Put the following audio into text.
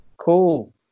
cool